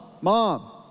mom